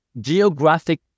geographic